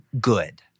good